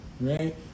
right